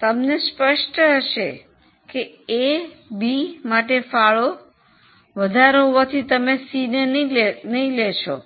તમને સ્પષ્ટ હશે કે એ અને બી માટે ફાળો વધારે હોવાથી તમે સીને નહીં લેહશો